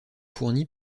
fournis